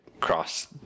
cross